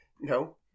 No